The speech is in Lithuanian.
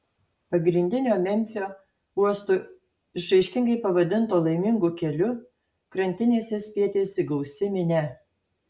pagrindinio memfio uosto išraiškingai pavadinto laimingu keliu krantinėse spietėsi gausi minia